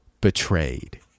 betrayed